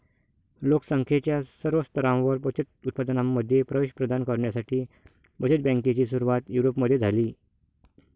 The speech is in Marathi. लोक संख्येच्या सर्व स्तरांवर बचत उत्पादनांमध्ये प्रवेश प्रदान करण्यासाठी बचत बँकेची सुरुवात युरोपमध्ये झाली